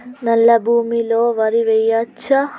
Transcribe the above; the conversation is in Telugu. నల్లా భూమి లో వరి వేయచ్చా?